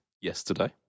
yesterday